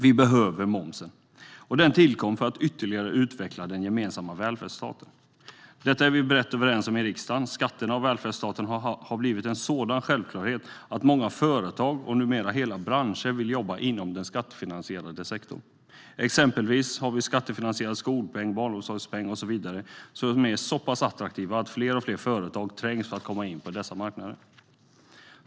Vi behöver momsen. Den tillkom för att ytterligare utveckla den gemensamma välfärdsstaten. Detta är vi brett överens om i riksdagen. Skatterna och välfärdsstaten har blivit en sådan självklarhet att många företag och numera hela branscher vill jobba inom den skattefinansierade sektorn. Exempelvis är skattefinansierad skolpeng, barnomsorgspeng och så vidare så pass attraktiva att fler och fler företag trängs för att komma in på dessa marknader.